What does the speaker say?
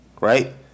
Right